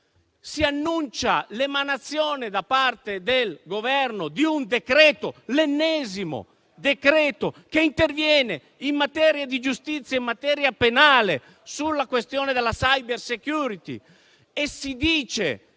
Si annuncia l'emanazione da parte del Governo di un decreto-legge, l'ennesimo, che interviene in materia di giustizia e in materia penale sulla questione della *cybersecurity* e si dice